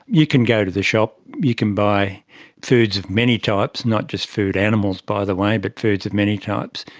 you can go to the shop, you can buy foods of many types, not just food animals by the way but foods of many types,